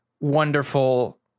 wonderful